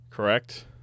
correct